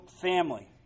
family